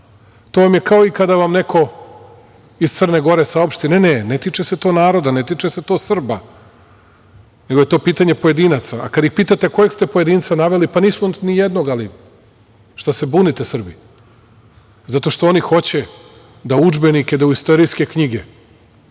To vam je kao, kada vam neko iz Crne Gore saopšti – ne, ne, ne tiče se to naroda, ne tiče se to Srba, nego je to pitanje pojedinaca, a kada ih pitate kojeg ste pojedinca naveli, pa nismo nijednog, ali šta se bunite Srbi? Zato što oni hoće da udžbenike, da u istorijske knjige,